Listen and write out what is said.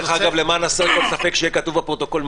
למען הסר כל ספק ושיהיה כתוב בפרוטוקול,